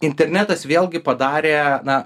internetas vėlgi padarė na